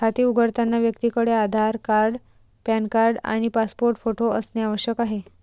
खाते उघडताना व्यक्तीकडे आधार कार्ड, पॅन कार्ड आणि पासपोर्ट फोटो असणे आवश्यक आहे